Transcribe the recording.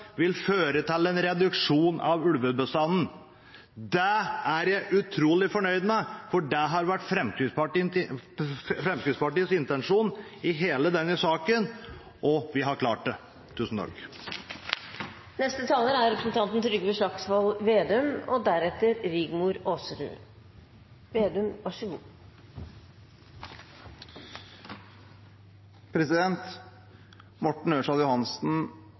vil føre til en reduksjon av ulvebestanden. Det er jeg utrolig fornøyd med, for det har vært Fremskrittspartiets intensjon i hele denne saken, og vi har klart det.